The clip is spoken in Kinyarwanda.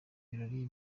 birori